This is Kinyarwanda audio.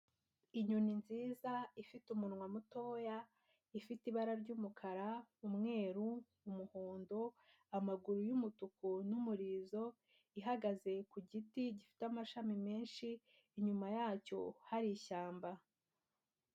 Inyoni nziza ifite umunwa mutoya, ifite ibara ry'umukara, umweru, umuhondo, amaguru y'umutuku n'umurizo, ihagaze ku giti gifite amashami menshi, inyuma yacyo hari ishyamba.